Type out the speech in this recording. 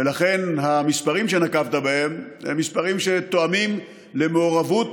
ולכן המספרים שנקבת בהם הם מספרים שתואמים למעורבות